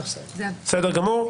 בסדר גמור.